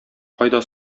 кайда